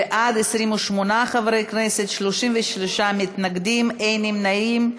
בעד, 28 חברי כנסת, 33 מתנגדים, אין נמנעים.